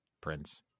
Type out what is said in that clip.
prince